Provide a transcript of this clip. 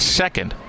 second